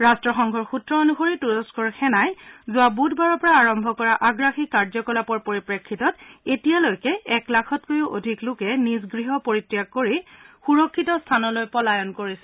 ৰাট্টসংঘৰ সূত্ৰ অনুসৰি তুৰঙ্কৰ সেনাই যোৱা বুধবাৰৰ পৰা আৰম্ভ কৰা আগ্ৰাসী কাৰ্যকলাপৰ পৰিপ্ৰেক্ষিতত একলাকতকৈও অধিক লোকে নিজ গহ পৰিত্যাগ কৰি সুৰক্ষিত স্থানলৈ পলায়ন কৰিছে